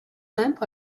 limp